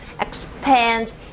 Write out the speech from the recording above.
expand